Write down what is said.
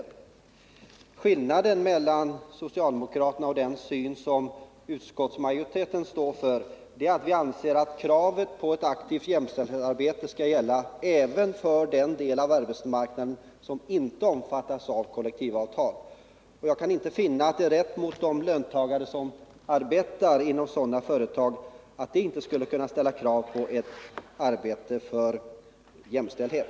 Skillnaden mellan socialdemokraternas syn och utskottsmajoritetens uppfattning är att vi anser att kravet på ett aktivt jämställdhetsarbete skall gälla även för den del av arbetsmarknaden som inte omfattas av kollektiv avtal. Jag kan inte finna det riktigt att de löntagare som arbetar inom sådana företag inte skall kunna ställa krav på ett arbete för jämställdhet.